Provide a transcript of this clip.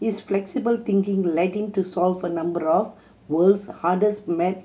is flexible thinking led him to solve a number of world's hardest maths